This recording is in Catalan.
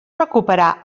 recuperar